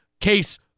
Case